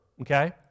okay